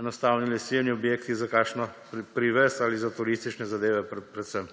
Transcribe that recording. enostavni leseni objekti, za kakšen privez ali za turistične zadeve predvsem.